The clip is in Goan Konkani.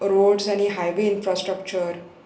रोड्स आनी हायवे इन्फ्रास्ट्रक्चर